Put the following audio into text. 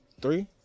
Three